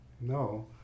No